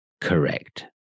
correct